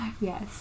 Yes